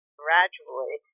gradually